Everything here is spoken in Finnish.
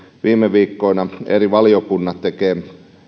viime viikkoina eri valiokunnat ovat tehneet